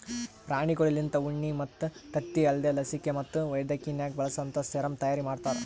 ಪ್ರಾಣಿಗೊಳ್ಲಿಂತ ಉಣ್ಣಿ ಮತ್ತ್ ತತ್ತಿ ಅಲ್ದೇ ಲಸಿಕೆ ಮತ್ತ್ ವೈದ್ಯಕಿನಾಗ್ ಬಳಸಂತಾ ಸೆರಮ್ ತೈಯಾರಿ ಮಾಡ್ತಾರ